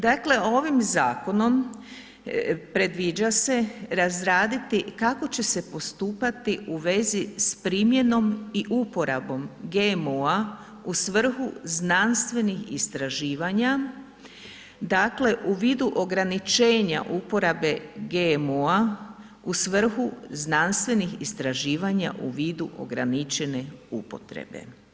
Dakle, ovim zakonom predviđa se razraditi kako će se postupati u vezi s primjenom i uporabom GMO-a u svrhu znanstvenih istraživanja, dakle u vidu ograničenja uporabe GMO-a u svrhu znanstvenih istraživanja u vidu ograničene upotrebe.